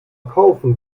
kaufen